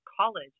college